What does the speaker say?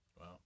wow